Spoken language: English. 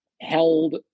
held